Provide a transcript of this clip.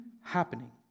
happening